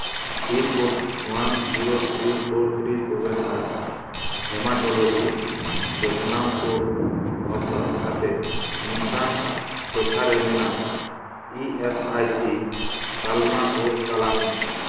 pin code one zero three four three seven ᱟᱨ haematology ᱡᱚᱛᱱᱟᱣ ᱠᱚ ᱚᱯᱷᱟᱨ ᱠᱟᱛᱮᱫ ᱱᱚᱝᱠᱟᱱ ᱴᱚᱴᱷᱟᱨᱮ ᱢᱮᱱᱟᱜ ᱤ ᱮᱥ ᱟᱭ ᱥᱤ ᱛᱟᱞᱢᱟ ᱠᱚ ᱛᱚᱞᱟᱥ ᱢᱮ